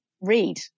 read